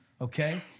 okay